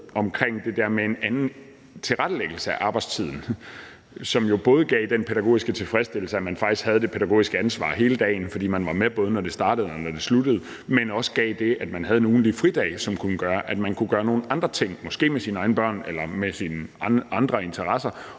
med – det der med en anden tilrettelæggelse af arbejdstiden – er jo, at det gav både den pædagogiske tilfredsstillelse, at man faktisk havde det pædagogiske ansvar hele dagen, fordi man var med, både når det startede, og når det sluttede. Men det gav også det, at man havde nogle af de fridage, som kunne gøre, at man kunne gøre nogle af de andre ting måske med sine egne børn eller med nogle andre interesser,